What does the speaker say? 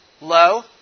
Low